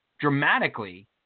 dramatically